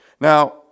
Now